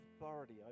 authority